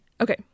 Okay